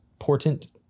important